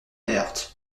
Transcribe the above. herth